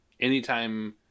anytime